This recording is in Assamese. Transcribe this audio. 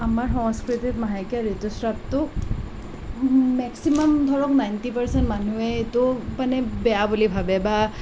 আমাৰ সংস্কৃতিত মাহেকীয়া ঋতুস্ৰাৱটো মেক্সিমাম ধৰক নাইনটি পাৰচেণ্ট মানুহে এইটো মানে বেয়া বুলি ভাবে বা